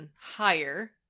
higher